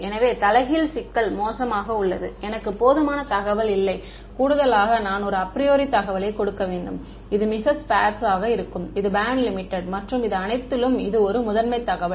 எனவே தலைகீழ் சிக்கல் மோசமாக உள்ளது எனக்கு போதுமான தகவல் இல்லை கூடுதலாக நான் ஒரு அப்ரியோரி தகவலைக் கொடுக்க வேண்டும் இது மிகக் ஸ்பெர்ஸ் ஆகும் இது பேண்ட் லிமிடெட் இது மற்றும் அனைத்திலும் இது ஒரு முதன்மை தகவல்